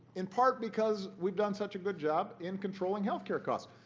in part because we've done such a good job in controlling health care costs.